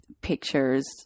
pictures